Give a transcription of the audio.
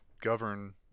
govern